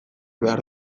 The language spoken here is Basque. behar